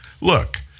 Look